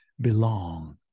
belong